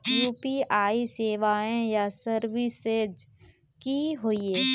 UPI सेवाएँ या services की होय?